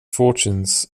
fortunes